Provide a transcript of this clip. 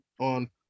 on